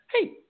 Hey